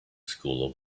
school